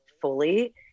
fully